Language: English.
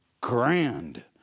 grand